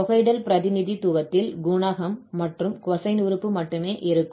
தொகையிடல் பிரதிநிதித்துவதில் குணகம் மற்றும் cosine உறுப்பு மட்டுமே இருக்கும்